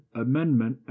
amendment